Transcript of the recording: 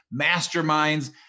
masterminds